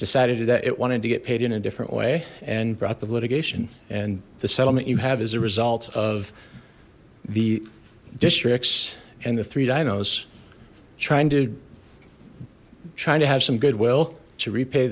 decided to that it wanted to get paid in a different and brought the litigation and the settlement you have as a result of the districts and the three dinos trying to trying to have some goodwill to repay